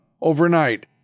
overnight